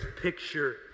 picture